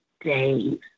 days